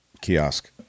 kiosk